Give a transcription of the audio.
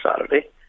Saturday